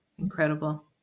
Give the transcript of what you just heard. Incredible